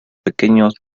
pequeños